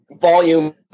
volume